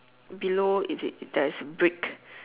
below it there's brick